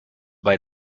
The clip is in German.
bei